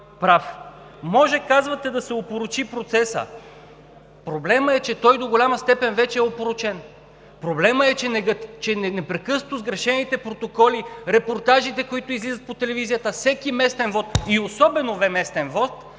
Може, казвате да се опорочи процесът. Проблемът е, че той до голяма степен вече е опорочен. Проблемът е, че непрекъснато сгрешените протоколи, репортажите, които излизат по телевизията, всеки местен вот, и особено местен вот,